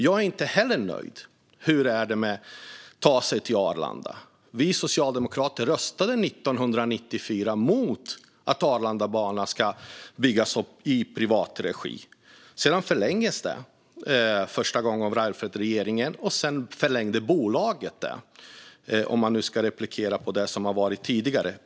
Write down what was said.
Jag är inte heller nöjd med hur man kan ta sig till Arlanda. Vi socialdemokrater röstade 1994 mot att Arlandabanan skulle byggas i privat regi. Sedan förlängdes det. Första gången gjordes det av Reinfeldtregeringen, och sedan förlängde bolaget detta - om jag nu ska replikera på det som har varit tidigare.